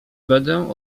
będę